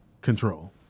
Control